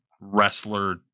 wrestler